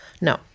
No